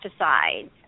pesticides